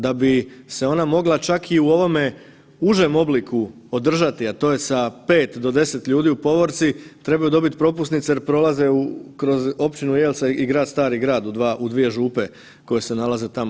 Da bi se ona mogla čak i u ovome užem obliku održati, a to je sa 5 do 10 ljudi u povorci, trebaju dobit propusnice jer prolaze kroz općinu Jelsa i grad Stari Grad u dva, u dvije župe koje se nalaze tamo.